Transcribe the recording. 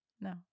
No